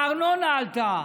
הארנונה עלתה,